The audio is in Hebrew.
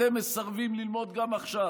אתם מסרבים ללמוד גם עכשיו.